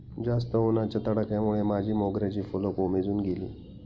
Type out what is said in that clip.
जास्त उन्हाच्या तडाख्यामुळे माझ्या मोगऱ्याची फुलं कोमेजून गेली